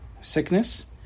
sickness